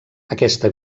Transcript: aquesta